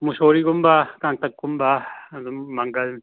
ꯃꯨꯛꯁꯣꯔꯤꯒꯨꯝꯕ ꯀꯪꯇꯛꯀꯨꯝꯕ ꯑꯗꯨꯝ ꯃꯪꯒꯜ